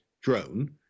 drone